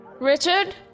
Richard